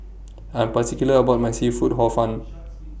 I'm particular about My Seafood Hor Fun